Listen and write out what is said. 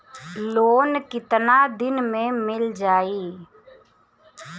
Loan कितना दिन में मिल जाई?